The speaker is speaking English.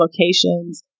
locations